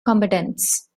combatants